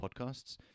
podcasts